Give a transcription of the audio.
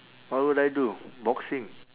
what would I do boxing